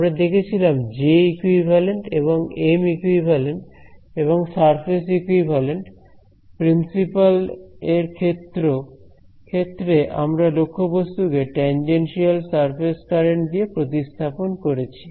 আমরা দেখেছিলাম J equivalent এবং এম ইকুইভ্যালেন্ট এবং সারফেস ইকুইভ্যালেন্ট প্রিন্সিপাল এর ক্ষেত্রে আমরা লক্ষ্যবস্তুকে টেনজেনশিয়াল সারফেস কারেন্ট দিয়ে প্রতিস্থাপন করেছি